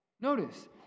Notice